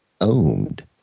owned